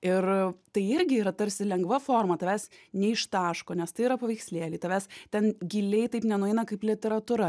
ir tai irgi yra tarsi lengva forma tavęs neištaško nes tai yra paveikslėliai tavęs ten giliai taip nenueina kaip literatūra